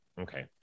Okay